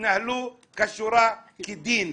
יתנהלו כשורה, כדין.